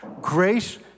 Grace